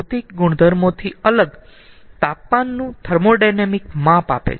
તે આપણને ભૌતિક ગુણધર્મોથી અલગ તાપમાનનું થર્મોોડાયનેમિક માપ આપે છે